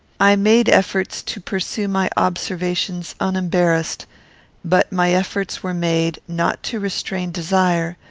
i made efforts to pursue my observations unembarrassed but my efforts were made, not to restrain desire,